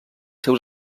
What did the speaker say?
seus